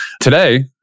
today